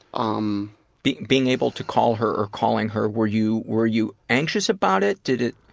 um being being able to call her, or calling her, were you were you anxious about it? did it?